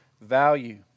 value